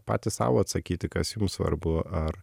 patys sau atsakyti kas jums svarbu ar